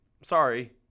sorry